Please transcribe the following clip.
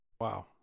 Wow